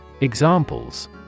Examples